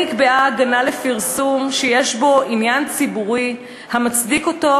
כן נקבעה הגנה לפרסום שיש בו עניין ציבורי המצדיק אותו,